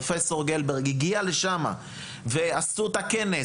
פרופ' גלברג הגיע לשם ועשו את הכנס